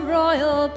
royal